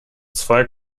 zwei